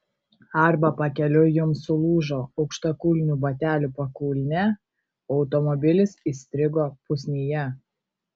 arba pakeliui jums sulūžo aukštakulnių batelių pakulnė automobilis įstrigo pusnyje